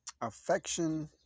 Affection